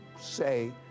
say